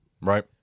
right